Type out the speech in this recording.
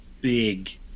big